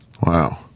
Wow